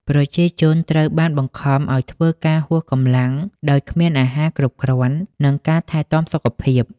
ប្រជាជនត្រូវបានបង្ខំឱ្យធ្វើការហួសកម្លាំងដោយគ្មានអាហារគ្រប់គ្រាន់ និងការថែទាំសុខភាព។